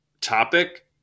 topic